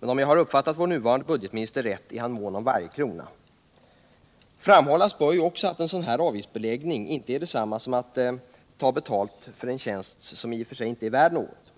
men om jag har uppfattat vår nuvarande budgetminister rätt är han mån om varje krona. Framhållas bör också att en sådan här avgiftsbeläggning inte är detsamma som att ta betalt för en tjänst som i och för sig inte är värd något.